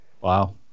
Wow